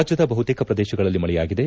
ರಾಜ್ವದ ಬಹುತೇಕ ಪ್ರದೇಶಗಳಲ್ಲಿ ಮಳೆಯಾಗಿದೆ